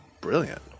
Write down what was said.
brilliant